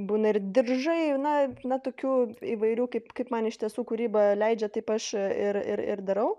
būna ir diržai na na tokių įvairių kaip kaip man iš tiesų kūryba leidžia taip aš ir ir darau